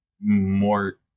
more